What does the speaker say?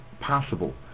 possible